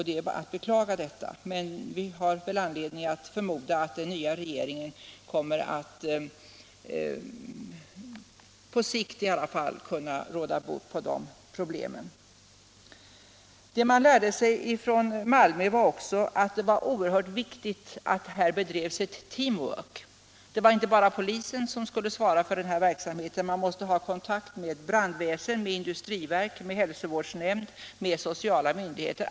Det är bara att beklaga detta, men vi har anledning att förmoda att den nya regeringen kommer att på sikt kunna råda bot på de problemen. 53 Vad jag också lärde mig i Malmö var att det teamwork som bedrevs var viktigt. Det var inte bara polisen som skulle svara för denna verksamhet, man måste ha kontakter med brandväsen, industriverk, hälsovårdsnämnd och sociala myndigheter.